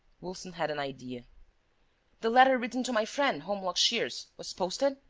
wilson had an idea the letter written to my friend holmlock shears was posted?